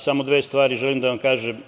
Samo dve stvari želim da vam kažem.